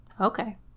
Okay